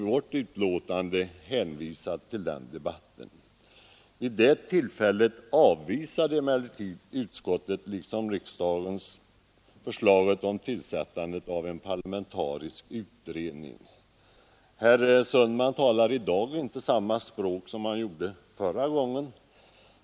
Vid det tillfället avvisade utskottet liksom riksdagen förslaget om tillsättandet av en parlamentarisk utredning. Herr Sundman talar i dag inte samma språk som han gjorde förra gången.